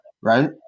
right